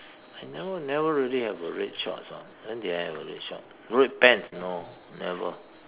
I never never really have a red shorts orh when did I have a red short red pants no never